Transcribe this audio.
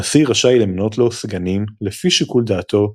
הנשיא רשאי למנות לו סגנים לפי שיקול דעתו,